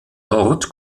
dort